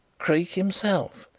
creake himself,